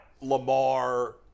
Lamar